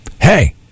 Hey